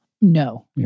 No